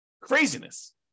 Craziness